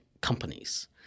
companies